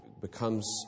becomes